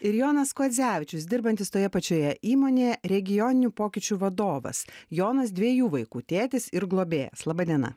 ir jonas kuodzevičius dirbantis toje pačioje įmonėje regioninių pokyčių vadovas jonas dviejų vaikų tėtis ir globėjas laba diena